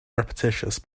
repetitious